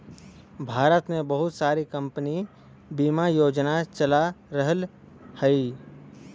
भारत में बहुत सारी कम्पनी बिमा योजना चला रहल हयी